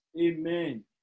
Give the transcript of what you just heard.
Amen